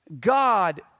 God